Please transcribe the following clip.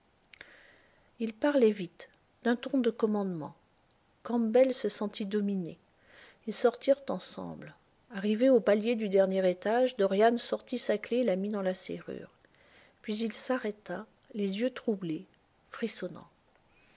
il parlait vite d'un ton de commandement campbell se sentit dominé ils sortirent ensemble arrivés au palier du dernier étage dorian sortit sa clef et la mit dans la serrure puis il s'arrêta les yeux troublés frissonnant